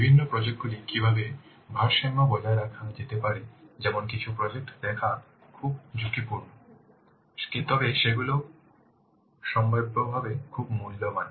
বিভিন্ন প্রজেক্ট গুলি কীভাবে ভারসাম্য বজায় রাখা যেতে পারে যেমন কিছু প্রজেক্ট দেখা খুব ঝুঁকিপূর্ণ তবে সেগুলি সম্ভাব্যভাবে খুব মূল্যবান